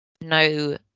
no